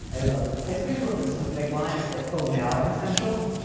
i love this. i swear. i love the subject line. it is like, oh, now i'm essential.